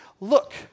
look